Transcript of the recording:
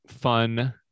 fun